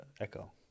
Echo